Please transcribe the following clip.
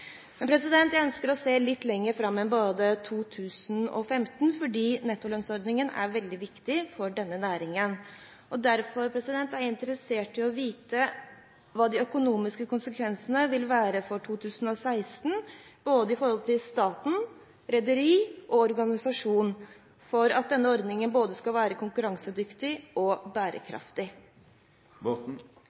Men jeg ønsker å se litt lenger fram enn bare til 2015, fordi nettolønnsordningen er veldig viktig for denne næringen. Derfor er jeg interessert i å vite hva de økonomiske konsekvensene for 2016 vil være for staten, rederier og organisasjoner, for at denne ordningen skal være både konkurransedyktig og bærekraftig.